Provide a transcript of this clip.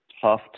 tough